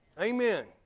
Amen